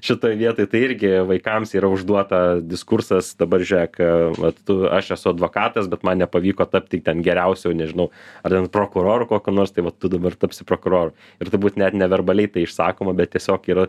šitoj vietoj tai irgi vaikams yra užduota diskursas dabar žiūrėk va tu aš esu advokatas bet man nepavyko tapti ten geriausiu nežinau ar ten prokuroru kokiu nors tai va tu dabar tapsi prokuroru ir turbūt net neverbaliai tai išsakoma bet tiesiog yra